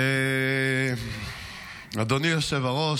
אדוני היושב-ראש,